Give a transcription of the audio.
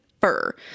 fur